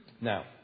Now